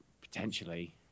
potentially